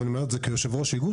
ואני אומר את זה כיושב-ראש איגוד,